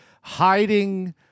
hiding